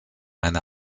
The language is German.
eine